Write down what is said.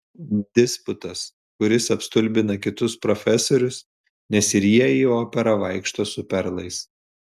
disputas kuris apstulbina kitus profesorius nes ir jie į operą vaikšto su perlais